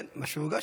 כן, מה שהוגש.